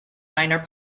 minor